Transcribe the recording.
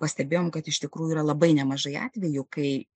pastebėjom kad iš tikrųjų yra labai nemažai atvejų kai